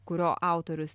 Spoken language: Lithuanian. kurio autorius